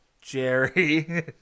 Jerry